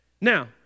Now